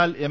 എന്നാൽ എം